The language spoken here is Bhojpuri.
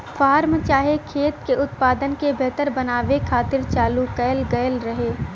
फार्म चाहे खेत के उत्पादन के बेहतर बनावे खातिर चालू कएल गएल रहे